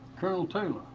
colonel taylor.